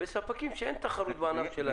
ויש ספקים שאין תחרות בענף שלהם.